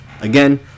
again